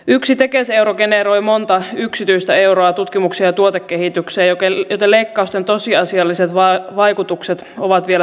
yksi tekes euro generoi monta yksityistä euroa tutkimukseen ja tuotekehitykseen joten leikkausten tosiasialliset vaikutukset ovat vielä suuremmat